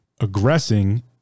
aggressing